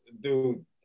dude